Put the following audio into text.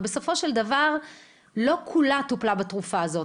ובסופו של דבר לא כולה טופלה בתרופה הזו,